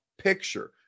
picture